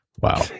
Wow